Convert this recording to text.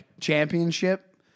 championship